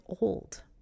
old